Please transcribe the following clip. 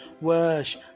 wash